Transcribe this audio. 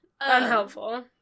Unhelpful